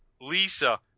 Lisa